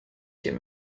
too